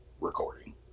recording